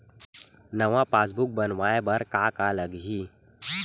नवा पासबुक बनवाय बर का का लगही?